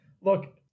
Look